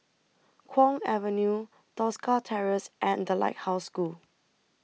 Kwong Avenue Tosca Terrace and The Lighthouse School